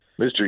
Mr